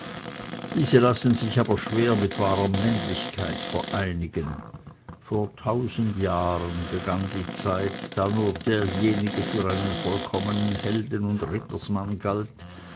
diese lassen sich aber schwer mit wahrer männlichkeit vereinigen vor tausend jahren begann die zeit da nur derjenige für einen vollkommenen helden und rittersmann galt